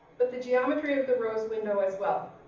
but the geometry of the rose window as well.